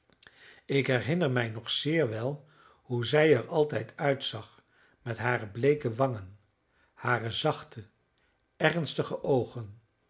ik herinner mij nog zeer wel hoe zij er altijd uitzag met hare bleeke wangen hare zachte ernstige oogen